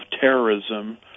terrorism